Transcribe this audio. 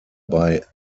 bei